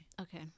Okay